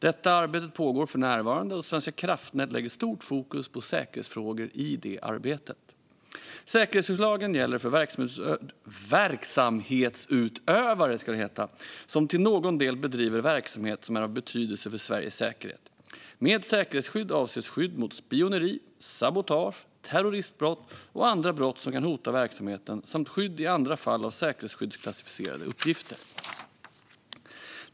Detta arbete pågår för närvarande, och Svenska kraftnät lägger stort fokus på säkerhetsfrågor i arbetet. Säkerhetsskyddslagen gäller för verksamhetsutövare som till någon del bedriver verksamhet som är av betydelse för Sveriges säkerhet. Med säkerhetsskydd avses skydd mot spioneri, sabotage, terroristbrott och andra brott som kan hota verksamheten samt skydd i andra fall av säkerhetsskyddsklassificerade uppgifter.